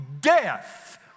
death